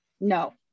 No